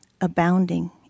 abounding